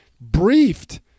briefed